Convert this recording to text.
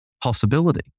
possibility